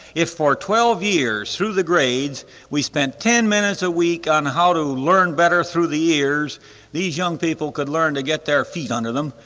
if for twelve years through the grades we spent ten minutes a week on how to learn better through the ears these young people could learn to get their feet under them,